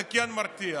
זה כן מרתיע.